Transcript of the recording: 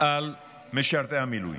על משרתי המילואים: